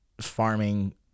farming